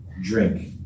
drink